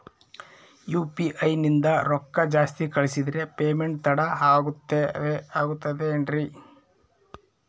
UPI ನಿಂದ ರೊಕ್ಕ ಜಾಸ್ತಿ ಕಳಿಸಿದರೆ ಪೇಮೆಂಟ್ ತಡ ಆಗುತ್ತದೆ ಎನ್ರಿ?